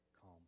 calm